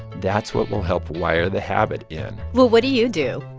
that's what will help wire the habit in well, what do you do?